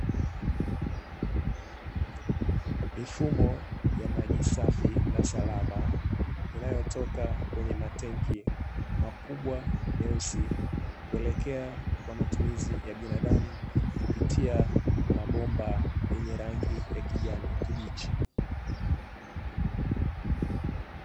Mifumo ya maji safi na salama inayotoka kwenye matenki makubwa meusi, kuelekea kwa matumizi ya binadamu kupitia mabomba yenye rangi ya kijani kibichi.